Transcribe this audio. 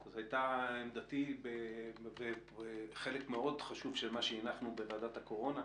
זאת הייתה עמדתי בחלק מאוד חשוב של מה שהנחנו בוועדת הקורונה,